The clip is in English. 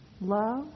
love